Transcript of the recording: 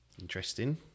Interesting